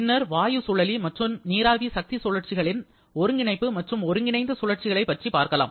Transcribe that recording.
பின்னர் வாயு சுழலி மற்றும் நீராவி சக்தி சுழற்சிகளின் ஒருங்கிணைப்பு மற்றும் ஒருங்கிணைந்த சுழற்சிகளை நாம் பார்க்கலாம்